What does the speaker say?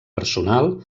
personal